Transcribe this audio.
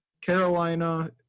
Carolina